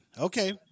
Okay